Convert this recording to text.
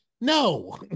no